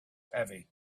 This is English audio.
heavy